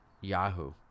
Yahoo